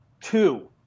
two